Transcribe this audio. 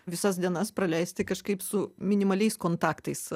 visas dienas praleisti kažkaip su minimaliais kontaktais